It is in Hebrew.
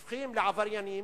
לעבריינים,